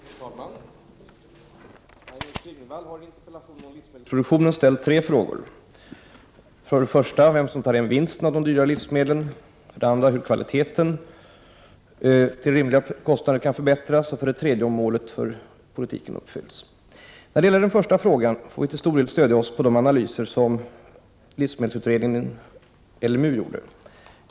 Herr talman! Maj-Inger Klingvall har i en interpellation om livsmedelsproduktionen ställt tre frågor: för det första vem som tar hem vinsten av de allt dyrare livsmedlen, för det andra hur kvaliteten på våra livsmedel till rimliga kostnader kan förbättras och för det tredje om målen för den svenska jordbrukspolitiken uppfyllts. När det gäller den första frågan får vi till stor del stödja oss på de analyser som 1986 års livsmedelsutredning gjorde.